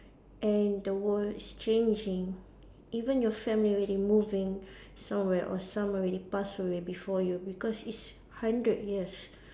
and the world is changing even your family already moving somewhere or someone already passed away before you because it's hundred years